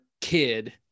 kid